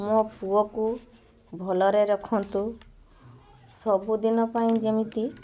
ମୋ ପୁଅକୁ ଭଲରେ ରଖନ୍ତୁ ସବୁଦିନ ପାଇଁ ଯେମିତି